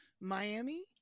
Miami